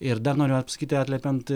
ir dar noriu apsakyti atliepiant